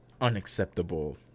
unacceptable